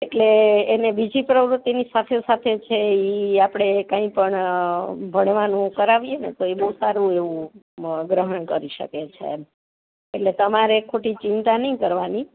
એટલે એને બીજી પ્રવૃતિની સાથે સાથે છે એ આપણે કંઈપણ ભણવાનું કરાવીએને તો એ બહુ સારું એવું મ ગ્રહણ કરી શકે છે એમ એટલે તમારે ખોટી ચિંતા નહીં કરવાની